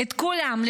את כולם,